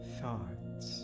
thoughts